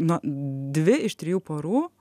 na dvi iš trijų porų